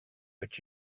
but